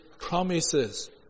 promises